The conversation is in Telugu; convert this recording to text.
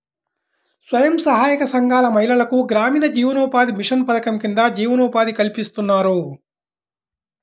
స్వయం సహాయక సంఘాల మహిళలకు గ్రామీణ జీవనోపాధి మిషన్ పథకం కింద జీవనోపాధి కల్పిస్తున్నారు